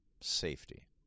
Safety